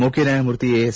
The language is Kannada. ಮುಖ್ಯ ನ್ಯಾಯಮೂರ್ತಿ ಎಸ್